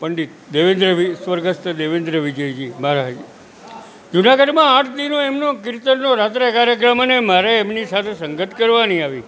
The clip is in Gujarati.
પંડિત દેવેન્દ્રભાઈ સ્વર્ગસ્થ દેવેન્દ્ર વિજયજી મહારાજ જૂનાગઢમાં આઠ દી નો એમનો કિર્તનનો રાત્રે કાર્યક્રમ અને મારે એમની સાથે સંગત કરવાની આવી